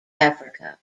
africa